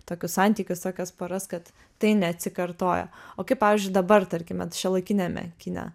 tokius santykius tokias poras kad tai neatsikartoja o kaip pavyzdžiui dabar tarkime šiuolaikiniame kine